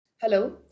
Hello